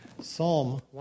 Psalm